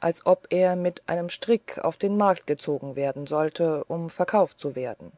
als ob er mit einem strick auf den markt gezogen werden sollte um verkauft zu werden